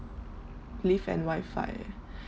lift and wifi